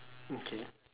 okay